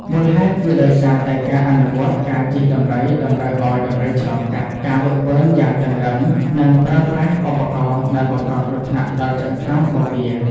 មូលហេតុគឺដោយសារតែការអនុវត្តការជិះដំរីតម្រូវឲ្យដំរីឆ្លងកាត់ ការហ្វឹកហ្វឺនយ៉ាងតឹងរ៉ឹង និងប្រើប្រាស់ ឧបករណ៍ដែលបង្កគ្រោះថ្នាក់ដល់ឆ្អឹងខ្នងរបស់វា។